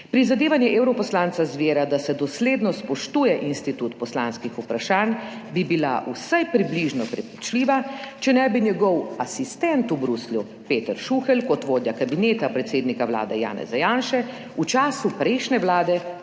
Prizadevanja evroposlanca Zvera, da se dosledno spoštuje institut poslanskih vprašanj, bi bila vsaj približno prepričljiva, če ne bi njegov asistent v Bruslju, Peter Šuhelj kot vodja kabineta predsednika vlade Janeza Janše v času prejšnje vlade